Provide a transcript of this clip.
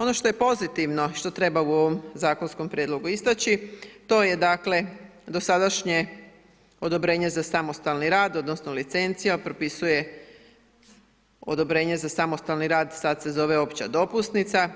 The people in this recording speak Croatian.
Ono što je pozitivno i što treba u ovom zakonskom prijedlogu isteći, to je dosadašnje odobrenje za samostalni rad, onda, licencije propisuje odobrenje za samostalni rad i sada se zove opća dopusnica,